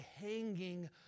hanging